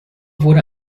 wurde